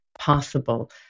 possible